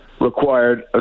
required